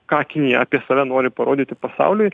ką kinija apie save nori parodyti pasauliui